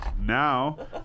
now